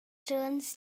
jones